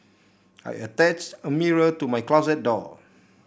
I attached a mirror to my closet door